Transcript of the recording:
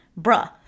bruh